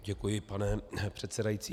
Děkuji, pane předsedající.